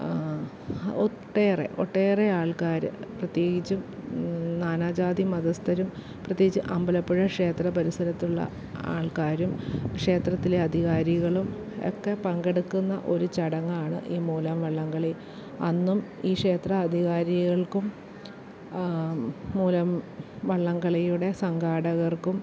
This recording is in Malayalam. ഒട്ടേറെ ഒട്ടേറെ ആൾക്കാർ പ്രത്യേകിച്ചും നാനാജാതി മതസ്ഥരും പ്രത്യേകിച്ച് അമ്പലപ്പുഴ ക്ഷേത്ര പരിസരത്തുള്ള ആൾക്കാരും ക്ഷേത്രത്തിലെ അധികാരികളും ഒക്കെ പങ്കെടുക്കുന്ന ഒരു ചടങ്ങാണ് ഈ മൂലം വള്ളം കളി അന്നും ഈ ക്ഷേത്രാധികാരികൾക്കും മൂലം വള്ളം കളിയുടെ സംഘാടകർക്കും